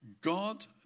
God